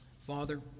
Father